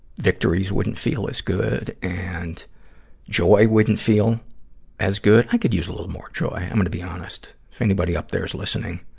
victories wouldn't feel as good. and joy wouldn't feel as good. i could use a little more joy. i'm gonna be honest, if anybody up there's listening.